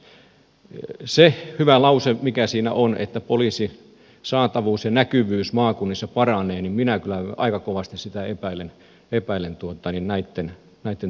kun siinä on se hyvä lause että poliisin saatavuus ja näkyvyys maakunnissa paranee niin minä kyllä aika kovasti sitä epäilen näitten toimien perusteella